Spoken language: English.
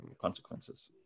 consequences